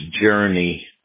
journey